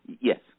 Yes